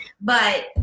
But-